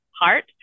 heart